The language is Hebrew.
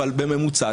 אבל בממוצע,